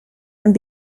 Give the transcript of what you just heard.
and